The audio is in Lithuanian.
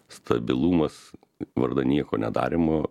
stabilumas vardan nieko nedarymo